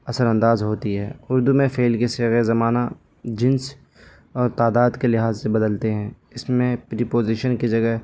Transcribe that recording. اثر انداز ہوتی ہے اردو میں فعل کے صیغہ زمانہ جنس اور تعداد کے لحاظ سے بدلتے ہیں اس میں پریپوزیشن کی جگہ